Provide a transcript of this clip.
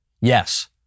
Yes